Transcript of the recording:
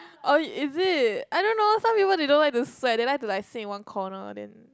oh is it I don't know some people they don't like to sweat they like to like sit in one corner then